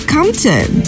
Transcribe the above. Compton